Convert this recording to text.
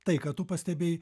tai ką tu pastebėjai